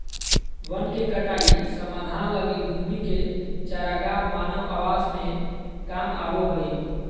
वन के कटाई समाधान लगी भूमि के चरागाह मानव आवास में काम आबो हइ